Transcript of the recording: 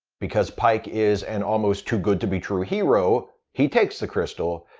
because pike is an almost too-good-to-be-true hero, he takes the crystal,